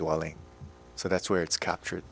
dwelling so that's where it's captured